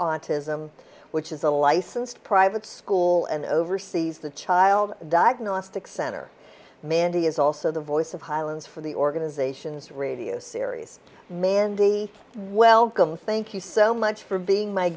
autism which is a licensed private school and oversees the child diagnostics center mandy is also the voice of highlands for the organizations radio series mandy welcome thank you so much for being my